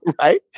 Right